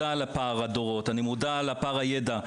לפער הדורות והידע,